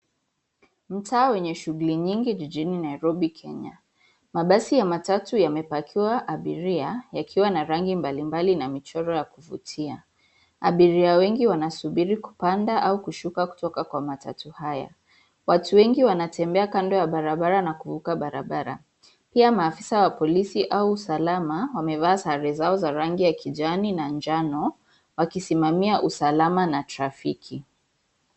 Mtaa wenye shughuli nyingi jijini Nairobi, Kenya. Mabasi ya matatu yamepakiwa abiria, yakiwa na rangi mbalimbali na michoro ya kuvutia. Abiria wengi wanasubiri kupanda au kushuka kutoka kwa matatu haya. Watu wengi wanatembea kando ya barabara na kuvuka barabara. Pia maafisa wa polisi au usalama wamevaa sare zao za rangi ya kijani na njano wakisimamia usalama na trafiki.